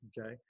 Okay